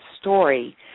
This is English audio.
story